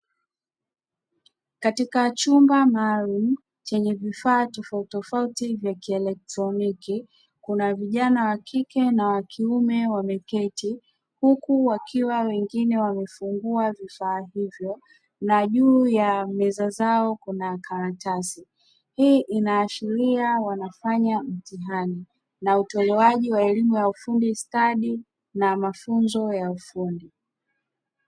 Katika chumba maalum chenye vifaa tofauti tofauti vya kielektroniki, kuna vijana wa kike na wa kiume wameketi huku wakiwa wengine wamefungua vifaa hivyo na juu ya meza zao kuna karatasi, hii inaashiria wanafanya mtihani na utolewaji wa elimu ya ufundi stadi na mafunzo ya ufundi.